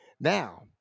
Now